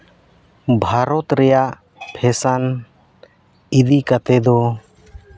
ᱵᱷᱟᱨᱚᱛ ᱨᱮᱭᱟᱜ ᱯᱷᱮᱥᱮᱱ ᱤᱫᱤ ᱠᱟᱛᱮ ᱫᱚ